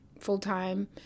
full-time